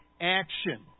action